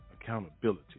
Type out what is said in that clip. accountability